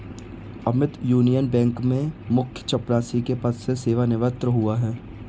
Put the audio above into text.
Amit Union Bank में मुख्य चपरासी के पद से सेवानिवृत हुआ है